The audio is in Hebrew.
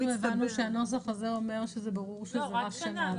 --- הנוסח הזה אומר שזה ברור שזה רק שנה.